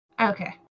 Okay